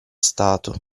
stato